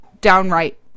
downright